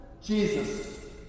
Jesus